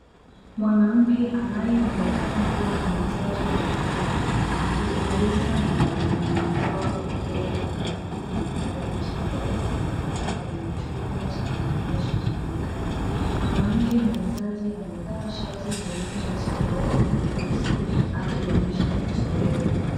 Mwanamke anayeonekana kuwa mwuzaji wa magari akizungumza na wanandoa wazee wa karibu na gari jipya la samawati kwenye chumba cha maonyesho cha magari. Mwanamke mwuzaji amevaa shati jeupe na suruali nyeusi akionyesha uzoefu.